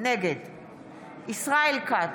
נגד ישראל כץ,